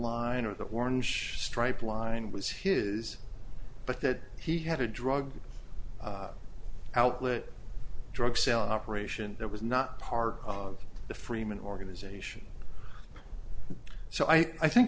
line or the orange stripe line was his but that he had a drug outlet drug selling operation that was not part of the freeman organization so i think